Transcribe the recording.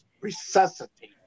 resuscitate